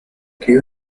crio